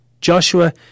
Joshua